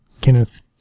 Kenneth